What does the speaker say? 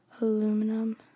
aluminum